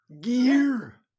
Gear